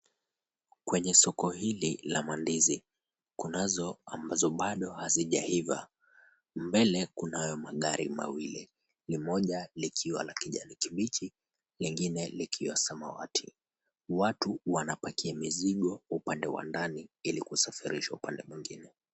Kwenye soko hili la mandizi, kunazo ambazo bado hazijaiva. Mbele kunayo magari mawili, moja likiwa la kijani kibichi nyingine likiwa samawati. Watu wanapaki mizigo upande wa ndani, ili kusafirishwa upande mwingine.